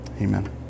Amen